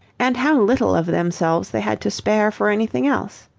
and how little of themselves they had to spare for anything else.